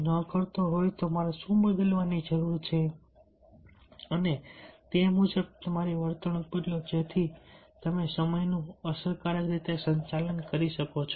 જો તે ન કરતો હોય તો મારે શું બદલવાની જરૂર છે અને તે મુજબ તમે તમારી વર્તણૂક બદલો જેથી તમે સમયનું અસરકારક રીતે સંચાલન કરી શકો